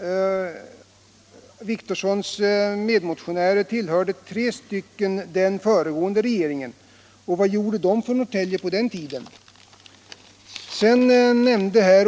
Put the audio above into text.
herr Wictorssons medmotionärer tillhörde den föregående regeringen. Vad gjorde de för Norrtälje på den tiden?